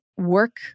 work